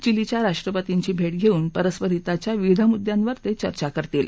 चिलीच्या राष्ट्रपतींची भटीपक्रिन परस्पर हिताच्या विविध मुद्द्यांवर तचिर्चा करतील